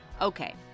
Okay